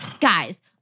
Guys